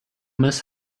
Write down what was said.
miss